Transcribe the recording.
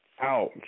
Ouch